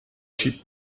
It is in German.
schiebt